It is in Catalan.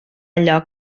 allò